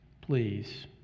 Please